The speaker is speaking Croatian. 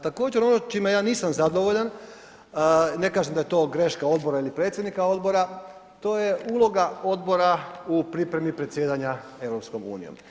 Također ono čime ja nisam zadovoljan, ne kažem da je to greška odbora ili predsjednika odbora, to je uloga odbora u pripremi predsjedanja EU.